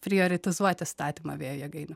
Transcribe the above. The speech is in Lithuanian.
prioritizuot įstatymą vėjo jėgainių